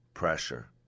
pressure